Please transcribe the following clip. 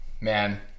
Man